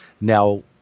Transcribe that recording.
now